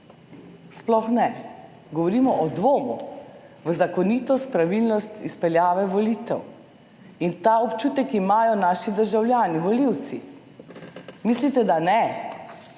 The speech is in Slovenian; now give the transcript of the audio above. Sploh ne. Govorimo o dvomu v zakonitost, pravilnost izpeljave volitev. In ta občutek imajo naši državljani, volivci. Mislite, da ne?